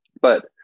But-